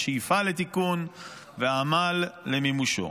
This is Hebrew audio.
השאיפה לתיקון והעמל למימושו.